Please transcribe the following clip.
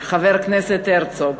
חבר הכנסת הרצוג,